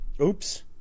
Oops